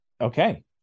okay